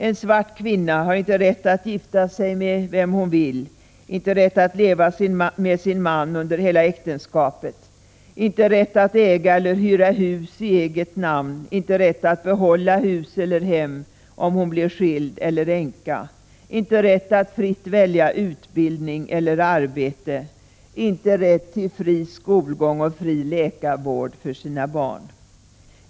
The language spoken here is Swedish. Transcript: En svart kvinna har inte rätt att gifta sig med vem hon vill, inte rätt att leva med sin man under hela äktenskapet, inte rätt att äga eller hyra hus i eget namn, inte rätt att behålla hus eller hem om hon blir skild eller änka, inte rätt att fritt välja utbildning eller arbete, inte rätt till fri skolgång och fri läkarvård för sina barn.